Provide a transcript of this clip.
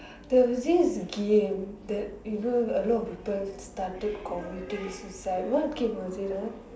there's this game that you a lot people started committing suicide what game was it ah